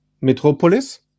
Metropolis